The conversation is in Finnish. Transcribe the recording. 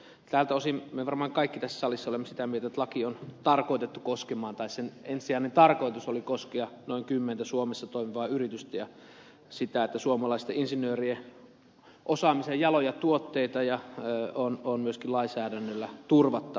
tältä osin me varmaan kaikki tässä salissa olemme sitä mieltä että laki on tarkoitettu koskemaan tai sen ensisijainen tarkoitus oli koskea noin kymmentä suomessa toimivaa yritystä ja sitä että suomalaisten insinöörien osaamisen jaloja tuotteita on myöskin lainsäädännöllä turvattava